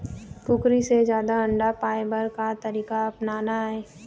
कुकरी से जादा अंडा पाय बर का तरीका अपनाना ये?